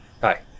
hi